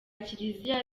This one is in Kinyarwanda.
kiliziya